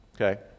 okay